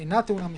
אינה טעונה מכרז,